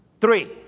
three